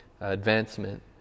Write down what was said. advancement